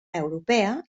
europea